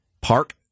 park